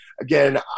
Again